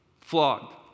Flogged